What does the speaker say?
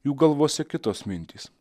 jų galvose kitos mintys